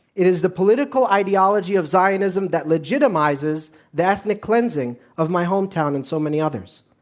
it is the political ideology of zionism that legitimizes the ethnic cleansing of my hometown and so many others.